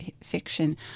fiction